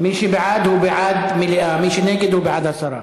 מי שבעד הוא בעד מליאה, מי שנגד הוא בעד הסרה.